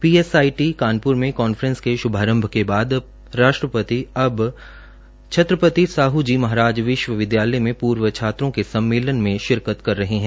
PSIT Kanpur में conference के शुभारंभ के बाद राष्ट्रपति अब छत्रपति साहू जी महाराज विश्वविद्यालय में पूर्व छज्ञत्रों के सम्मेलन में शिरकत कर रहे हैं